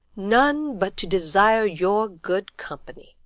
none, but to desire your good company.